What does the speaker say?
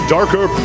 Darker